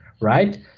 right